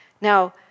Now